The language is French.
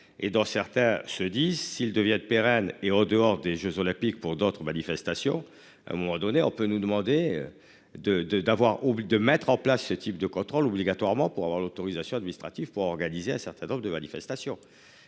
et dans certains se disent s'il devait être pérenne et en dehors des Jeux olympiques pour d'autres manifestations à un moment donné on peut nous demander de de d'avoir au de mettre en place ce type de contrôle obligatoirement pour avoir l'autorisation administrative pour organiser un certain nombre de manifestations.